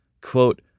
Quote